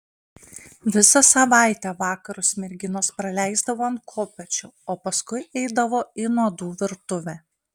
visą savaitę vakarus merginos praleisdavo ant kopėčių o paskui eidavo į nuodų virtuvę